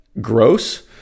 gross